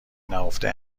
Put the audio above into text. نهفته